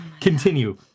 Continue